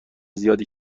زیادی